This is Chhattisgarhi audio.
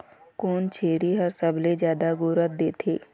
कोन छेरी हर सबले जादा गोरस देथे?